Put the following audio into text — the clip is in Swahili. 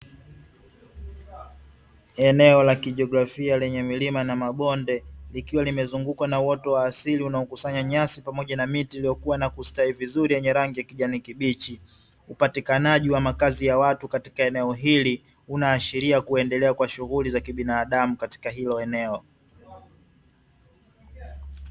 Eneo la kijiografia lenye milima na mabonde likiwa limezungukwa na uoto wa asali, unakuosanya nyasi pamoja na miti iliyokuwa na kustawi vizuri yenye rangi ya kijani kibichi. Upatikani wa makazi ya watu katika eneo hili unaashiria kuendelea kwa shughuli za kibinadamu katika hilo eneo.